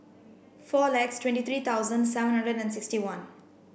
four lakhs twenty three thousand seven hundred and sixty one